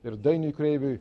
ir dainiui kreiviui